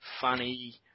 funny